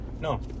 No